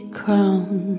crown